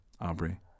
Aubrey